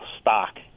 stock